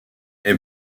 est